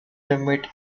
limit